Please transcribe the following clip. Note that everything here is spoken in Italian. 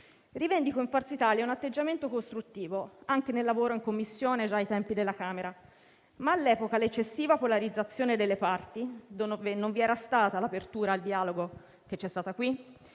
Rivendico in Forza Italia un atteggiamento costruttivo, anche nel lavoro in Commissione già ai tempi della Camera; ma all'epoca, l'eccessiva polarizzazione delle parti, per cui non vi era stata l'apertura al dialogo che c'è stata qui,